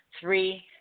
Three